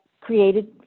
created